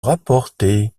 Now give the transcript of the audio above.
rapporter